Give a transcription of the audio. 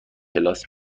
کلاس